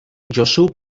josu